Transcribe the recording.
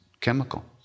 chemical